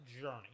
journey